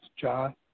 John